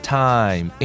time